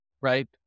right